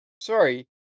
sorry